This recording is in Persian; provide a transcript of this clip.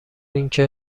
اینکه